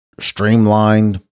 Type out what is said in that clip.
streamlined